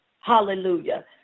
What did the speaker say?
hallelujah